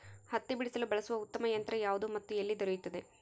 ಹತ್ತಿ ಬಿಡಿಸಲು ಬಳಸುವ ಉತ್ತಮ ಯಂತ್ರ ಯಾವುದು ಮತ್ತು ಎಲ್ಲಿ ದೊರೆಯುತ್ತದೆ?